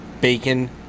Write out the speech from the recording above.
BACON